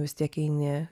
vis tiek eini